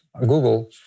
Google